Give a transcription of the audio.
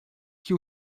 que